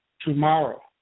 tomorrow